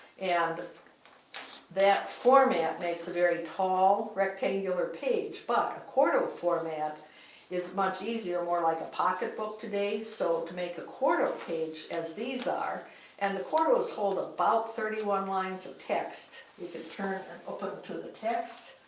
and that format makes a very tall, rectangular page. but a quarto format is much easier, more like a pocketbook today. so to make a quarto page, as these are and quartos hold about thirty one lines of text. we can turn and open to the text,